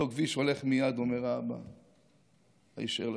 אותו כביש הולך מייד, אומר, היישר לשמיים.